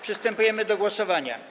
Przystępujemy do głosowania.